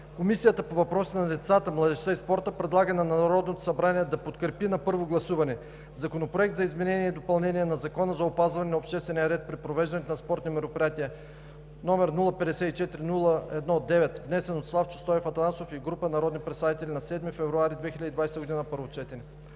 Комисията по въпросите на децата, младежта и спорта предлага на Народното събрание да подкрепи на първо гласуване Законопроект за изменение и допълнение на Закона за опазване на обществения ред при провеждането на спортни мероприятия, № 054-01-9, внесен от народния представител Славчо Стоев Атанасов и група народни представители на 7 февруари 2020 г. – първо четене.“